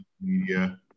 media